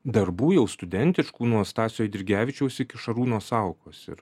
darbų jau studentiškų nuo stasio eidrigevičiaus iki šarūno saukos ir